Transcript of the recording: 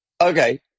okay